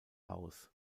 haus